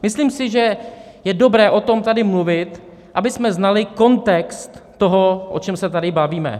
Myslím si, že je dobré o tom tady mluvit, abychom znali kontext toho, o čem se tady bavíme.